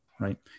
Right